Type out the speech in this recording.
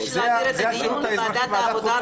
חיים כץ ביקש להעביר את הדיון לוועדת העבודה,